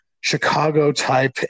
Chicago-type